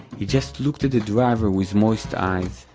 he just looked at the driver with moist eyes,